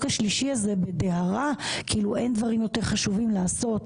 השלישי הזה בדהרה כאילו אין דברים יותר חשובים לעשות,